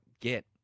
get